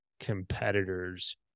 competitors